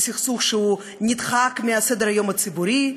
זה סכסוך שנדחק מסדר-היום הציבורי,